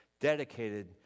dedicated